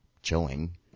Chilling